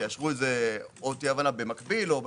שתהיה הבנה במקביל או בכפוף,